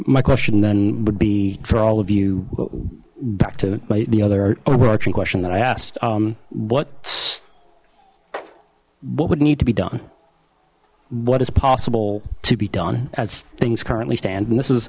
my question then would be for all of you back to the other overarching question that i asked what what would need to be done what is possible to be done as things currently stand and this is